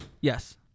Yes